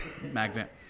magnet